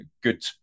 good